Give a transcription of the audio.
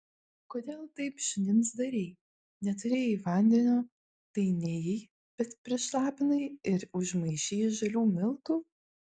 kodėl taip šunims darei neturėjai vandenio tai nėjai bet prišlapinai ir užmaišei žalių miltų